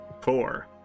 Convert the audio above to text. Four